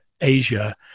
Asia